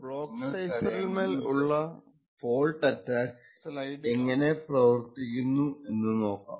block സൈഫറിൻ മേൽ ഉള്ള ഫോൾട്ട് അറ്റാക്ക് എങ്ങനെ പ്രവർത്തിക്കുന്നു എന്നു നോക്കാം